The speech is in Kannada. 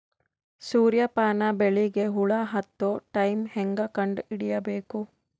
ಸೂರ್ಯ ಪಾನ ಬೆಳಿಗ ಹುಳ ಹತ್ತೊ ಟೈಮ ಹೇಂಗ ಕಂಡ ಹಿಡಿಯಬೇಕು?